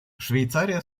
швейцария